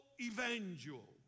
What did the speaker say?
Evangel